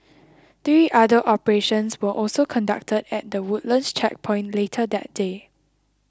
three other operations were also conducted at the Woodlands Checkpoint later that day